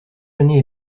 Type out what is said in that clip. années